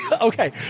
Okay